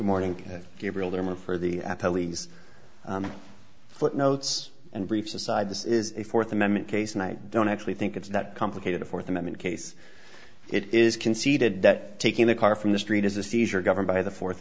morning gabriel sherman for the police footnotes and briefs aside this is a fourth amendment case and i don't actually think it's that complicated a fourth amendment case it is conceded that taking the car from the street is a seizure governed by the fourth